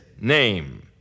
name